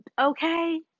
okay